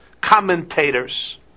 commentators